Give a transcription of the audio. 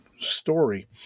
story